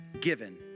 given